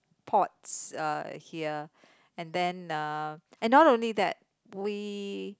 pots uh here and then uh and not only that we